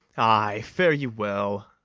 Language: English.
ay, fare you well.